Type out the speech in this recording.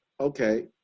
Okay